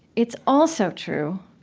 it's also true,